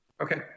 Okay